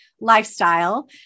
lifestyle